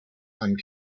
and